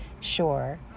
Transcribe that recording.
sure